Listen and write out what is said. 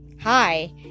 Hi